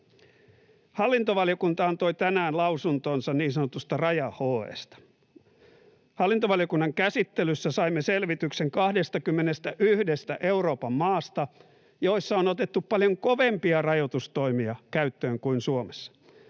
Hallintovaliokunta antoi tänään lausuntonsa niin sanotusta raja-HE:sta. Hallintovaliokunnan käsittelyssä saimme selvityksen 21:stä Euroopan maasta, joissa on otettu käyttöön paljon kovempia rajoitustoimia kuin Suomessa